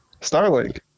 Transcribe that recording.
Starlink